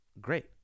Great